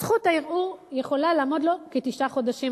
זכות הערעור יכולה לעמוד לו כתשעה חודשים,